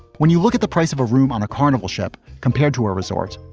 when you look at the price of a room on a carnival ship compared to a resort,